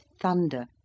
thunder